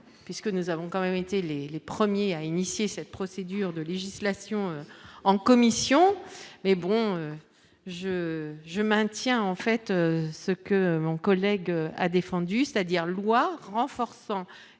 puisque nous avons quand même été les les premiers à initier cette procédure de législation en commission mais bon je je maintiens en fait ce que mon collègue a défendu, c'est-à-dire loi renforçant